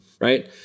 right